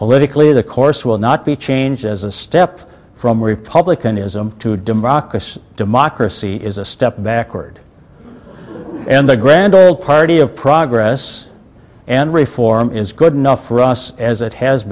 politically the course will not be changed as a step from republican ism to democracy democracy is a step backward and the grand old party of progress and reform is good enough for us as it has